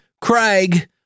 Craig